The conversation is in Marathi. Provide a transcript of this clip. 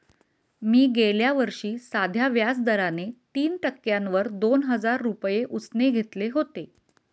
मी गेल्या वर्षी साध्या व्याज दराने तीन टक्क्यांवर दोन हजार रुपये उसने घेतले होते